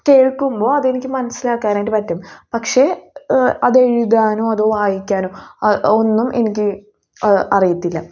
കേൾക്കുമ്പോൾ അത് എനിക്ക് മനസ്സിലാക്കാനായിട്ട് പറ്റും പക്ഷെ അത് എഴുതാനോ അത് വായിക്കാനോ ഒന്നും എനിക്ക് അറിയത്തില്ല